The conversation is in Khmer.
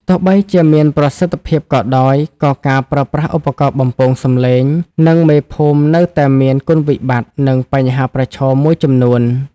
ទោះបីជាមានប្រសិទ្ធភាពក៏ដោយ ក៏ការប្រើប្រាស់ឧបករណ៍បំពងសំឡេង និងមេភូមិនៅតែមាន គុណវិបត្តិ និងបញ្ហាប្រឈម មួយចំនួន។